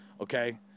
okay